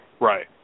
Right